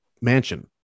mansion